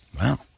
Wow